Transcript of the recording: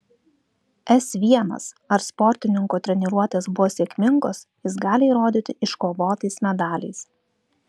s l ar sportininko treniruotės buvo sėkmingos jis gali įrodyti iškovotais medaliais